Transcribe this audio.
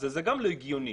זה גם לא הגיוני.